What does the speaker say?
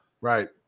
Right